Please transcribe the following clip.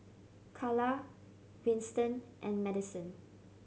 Kala Winston and Madison